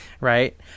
right